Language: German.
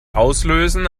auslösen